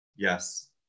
Yes